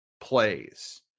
plays